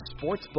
sportsbook